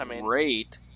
great